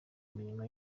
imirimo